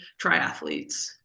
triathletes